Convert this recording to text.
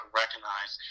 recognize